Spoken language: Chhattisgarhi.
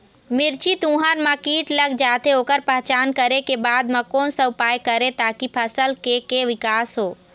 मिर्ची, तुंहर मा कीट लग जाथे ओकर पहचान करें के बाद मा कोन सा उपाय करें ताकि फसल के के विकास हो?